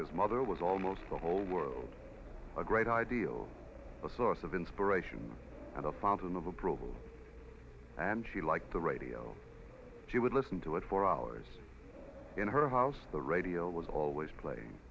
his mother was almost the whole world a great ideal a source of inspiration and a fountain of approval and she liked the radio she would listen to it for hours in her house the radio was always play